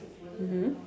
mmhmm